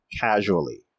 casually